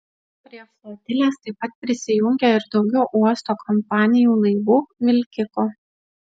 prie flotilės taip pat prisijungė ir daugiau uosto kompanijų laivų vilkikų